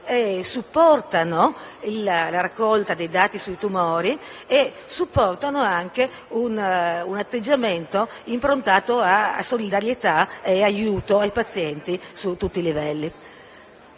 supportano la raccolta dei dati sui tumori e anche un atteggiamento improntato a solidarietà e aiuto ai pazienti su tutti i livelli.